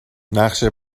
نقشه